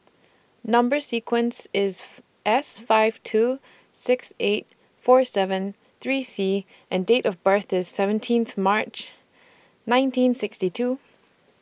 Number sequence IS S five two six eight four seven three C and Date of birth IS seventeenth March nineteen sixty two